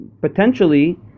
potentially